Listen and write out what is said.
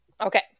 Okay